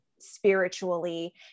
spiritually